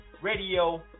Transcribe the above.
radio